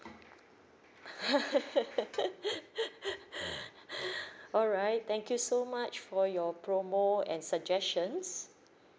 alright thank you so much for your promo and suggestions